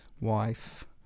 wife